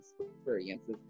experiences